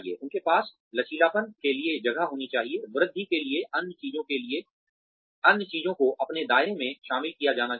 उनके पास लचीलापन के लिए जगह होनी चाहिए वृद्धि के लिए अन्य चीजों को अपने दायरे में शामिल किया जाना चाहिए